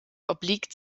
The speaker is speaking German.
obliegt